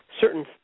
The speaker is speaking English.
certain